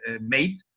made